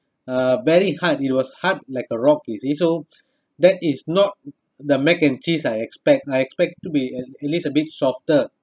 uh very hard it was hard like a rock you see so that is not the mac and cheese I expect I expect to be at least a bit softer